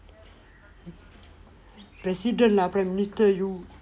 president lah prime minister